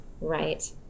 right